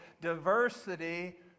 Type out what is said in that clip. diversity